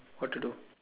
what to do